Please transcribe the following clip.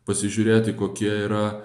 pasižiūrėti kokie yra